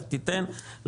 לך תיתן,